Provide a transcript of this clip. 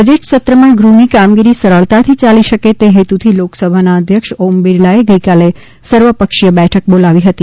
budget સત્રમાં ગૃહની કામગીરી સરળતાથી ચાલી શકે તે હેતુથી લોકસભાનાઅધ્યક્ષ ઓમ બીરલાએ ગઈકાલે સર્વપક્ષીય બેઠક બોલાવી હતી